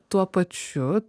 tuo pačiu